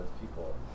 people